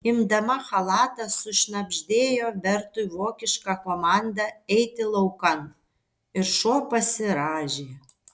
imdama chalatą sušnabždėjo bertui vokišką komandą eiti laukan ir šuo pasirąžė